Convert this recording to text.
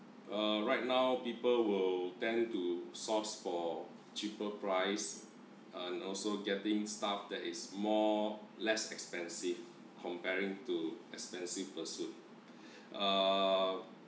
uh right now people will tend to source for cheaper price and also getting stuff that is more less expensive comparing to expensive pursuit err